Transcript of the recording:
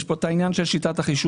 יש פה את העניין של שיטת החישוב.